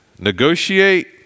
negotiate